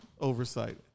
Oversight